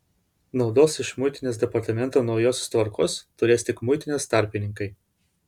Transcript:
naudos iš muitinės departamento naujosios tvarkos turės tik muitinės tarpininkai